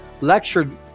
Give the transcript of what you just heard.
lectured